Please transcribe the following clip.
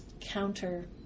counter